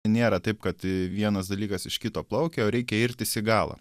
nėra taip kad vienas dalykas iš kito plaukia o reikia irtis į galą